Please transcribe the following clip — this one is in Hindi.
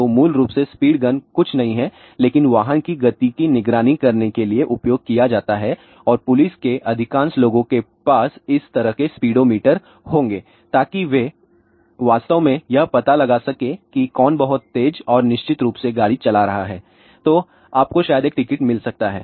तो मूल रूप से स्पीड गन कुछ नहीं हैं लेकिन वाहन की गति की निगरानी करने के लिए उपयोग किया जाता है और पुलिस के अधिकांश लोगों के पास इस तरह के स्पीडोमीटर होंगे ताकि वे वास्तव में यह पता लगा सकें कि कौन बहुत तेज और निश्चित रूप से गाड़ी चला रहा है तो आपको शायद एक टिकट मिल सकता है